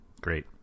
Great